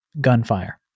gunfire